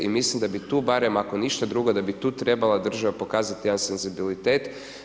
I mislim da bi tu barem, ako ništa drugo da bi tu trebala država pokazati jedan senzibilitet.